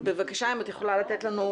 אז בבקשה אם את יכולה לתת לנו,